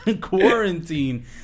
quarantine